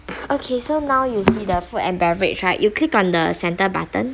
okay so now you see the food and beverage right you click on the center button